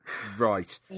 Right